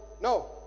no